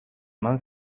eman